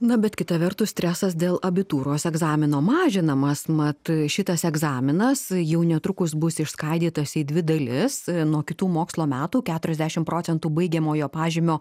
na bet kita vertus stresas dėl abitūros egzamino mažinamas mat šitas egzaminas jau netrukus bus išskaidytas į dvi dalis nuo kitų mokslo metų keturiasdešimt procentų baigiamojo pažymio